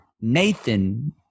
Nathan